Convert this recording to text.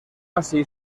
así